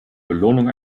belohnung